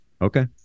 Okay